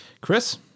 Chris